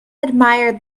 admired